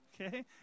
Okay